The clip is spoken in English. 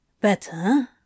Better